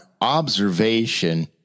observation